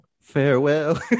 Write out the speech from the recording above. farewell